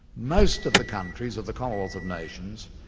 most of the countries of the commonwealth of nations,